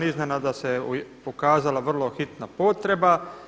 Iznenada se pokazala vrlo hitna potreba.